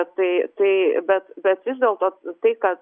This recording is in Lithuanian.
tai tai bet bet vis dėlto tai kas